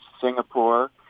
Singapore